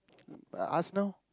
I ask now